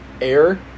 air